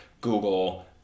Google